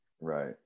Right